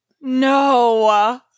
No